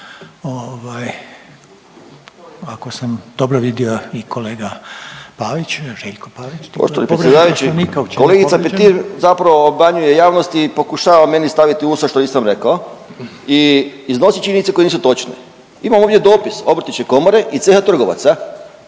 **Pavić, Željko (Socijaldemokrati)** Poštovani predsjedavajući, kolegica Petir zapravo obmanjuje javnost i pokušava meni staviti u usta što nisam rekao i iznosi činjenice koje nisu točne. Imam ovdje dopis Obrtničke komore i ceha trgovaca.